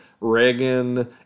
Reagan